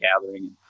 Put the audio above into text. gathering